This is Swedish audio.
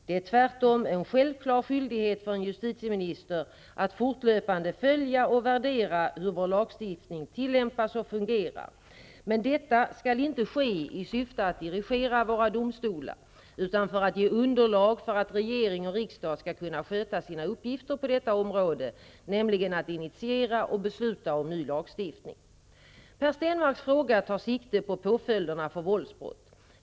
Det är tvärtom en självklar skyldighet för en justitieminister att fortlöpande följa och värdera hur vår lagstiftning tillämpas och fungerar. Men detta skall inte ske i syfte att dirigera våra domstolar utan för att ge underlag för att regering och riksdag skall kunna sköta sina uppgifter på detta område -- nämligen att initiera och besluta om ny lagstiftning. Per Stenmarcks fråga tar sikte på påföljderna för våldsbrott.